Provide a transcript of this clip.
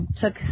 took